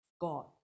God